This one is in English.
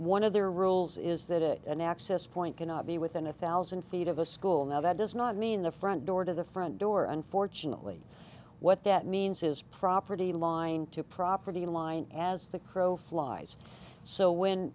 one of their rules is that an access point cannot be within a thousand feet of a school now that does not mean the front door to the front door unfortunately what that means is property line to property line as the crow flies so when